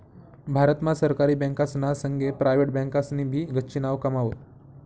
भारत मा सरकारी बँकासना संगे प्रायव्हेट बँकासनी भी गच्ची नाव कमाव